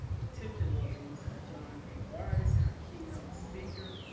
particularly mr. john a. bar at this, our keynote speaker,